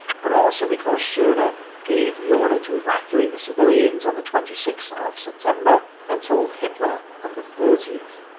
but also because schorner gave the order to evacuate the civilians on the twenty sixth of september, and told hitler on the thirtieth,